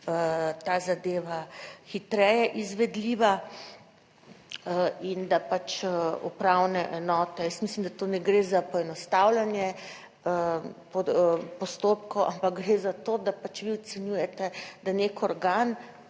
ta zadeva hitreje izvedljiva in da pač upravne enote… Jaz mislim, da tu ne gre za poenostavljanje postopkov, ampak gre za to, da pač vi ocenjujete, da nek organ